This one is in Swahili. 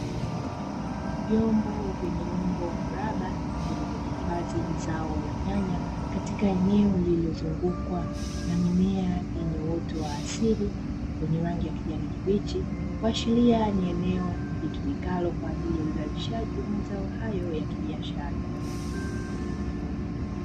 Vyombo vyenye umbo mraba vilivyohifadhi zao la nyanya katika eneo lililozungukwa na mimea yenye uoto wa asili wenye rangi ya kijani kibichi kuashiria ni eneo litumikalo kwajili ya uzalishaji wa mazao hayo ya kibiashara.